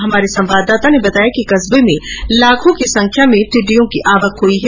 हमारे संवाददाता ने बताया कि कस्बे में लाखों की संख्या में टिडिडयों की आवक हुई है